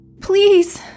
please